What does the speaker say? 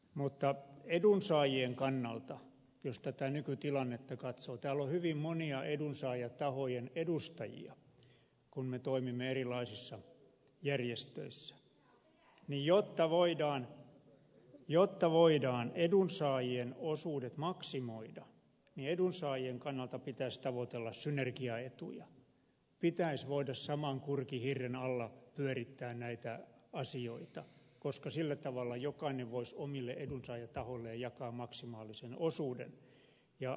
mutta edunsaajien kannalta jos tätä nykytilannetta katsoo täällä on hyvin monia edunsaajatahojen edustajia kun me toimimme erilaisissa järjestöissä jotta voidaan edunsaajien osuudet maksimoida niin pitäisi tavoitella synergiaetuja pitäisi voida saman kurkihirren alla pyörittää näitä asioita koska sillä tavalla jokainen voisi omille edunsaajatahoilleen jakaa maksimaalisen osuuden